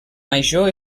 major